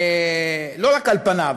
לא רק על פניו,